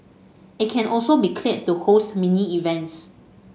it can also be cleared to host mini events